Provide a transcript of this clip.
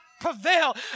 prevail